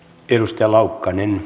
ennuste laukkanen